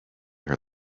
her